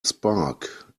spark